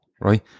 right